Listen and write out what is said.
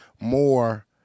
more